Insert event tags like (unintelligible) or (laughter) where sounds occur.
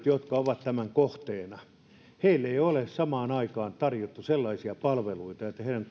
(unintelligible) jotka ovat tämän kohteena ei ole samaan aikaan tarjottu sellaisia palveluita että heidän (unintelligible)